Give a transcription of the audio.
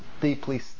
deeply